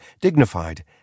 dignified